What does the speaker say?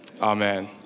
amen